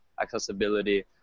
accessibility